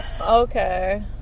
Okay